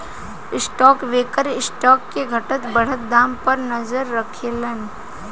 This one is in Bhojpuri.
स्टॉक ब्रोकर स्टॉक के घटत बढ़त दाम पर नजर राखेलन